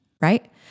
right